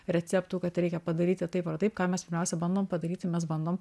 receptų kad reikia padaryti taip ar taip ką mes pirmiausia bandom padaryt tai mes bandom